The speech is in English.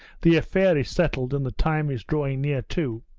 the affair is settled, and the time is drawing near too